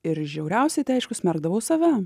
ir žiauriausiai aišku smerkdavo save